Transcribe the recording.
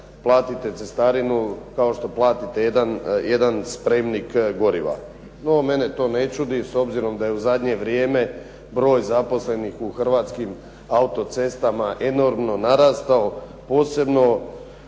platite cestarinu kao što platite jedan spremnik goriva. No mene to ne čudi s obzirom da je u zadnje vrijeme broj zaposlenih u Hrvatskim autocestama enormno narastao. Posebno